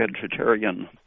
vegetarian